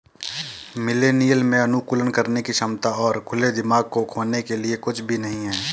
millennial में अनुकूलन करने की क्षमता और खुले दिमाग को खोने के लिए कुछ भी नहीं है